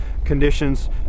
conditions